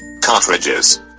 cartridges